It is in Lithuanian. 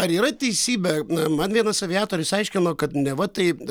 ar yra teisybė man vienas aviatorius aiškino kad neva tai